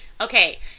Okay